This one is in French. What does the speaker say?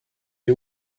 est